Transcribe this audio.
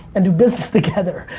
and do business together.